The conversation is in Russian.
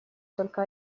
только